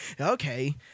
okay